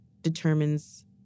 determines